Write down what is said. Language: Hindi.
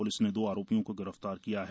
प्लिस ने दो आरोपियों को गिरफ्तार कर लिया है